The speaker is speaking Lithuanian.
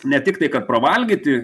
ne tik tai kad pravalgyti